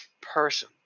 person